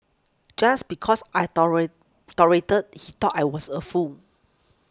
just because I tolerated he thought I was a fool